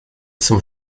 zum